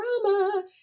drama